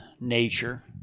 nature